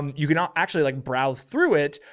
you can um actually like browse through it,